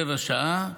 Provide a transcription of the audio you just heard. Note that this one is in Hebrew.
רבע שעה,